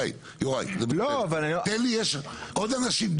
די, יוראי, יש עוד אנשים.